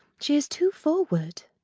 she is too forward.